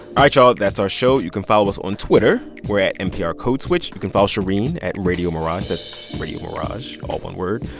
right, y'all. that's our show. you can follow us on twitter. we're at nprcodeswitch. you can follow shereen at radiomirage. that's radio mirage all one word.